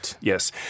Yes